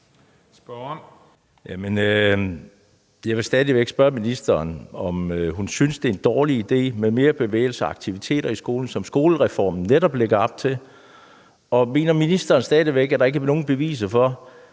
Jeg vil stadig væk spørge ministeren, om hun synes, det er en dårlig idé med mere bevægelse og aktivitet i skolen, som skolereformen netop lægger op til. Mener ministeren stadig væk, at der ikke er nogen beviser for,